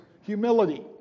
Humility